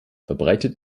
verbreitet